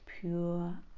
pure